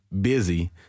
busy